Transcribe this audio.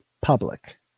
public